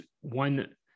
one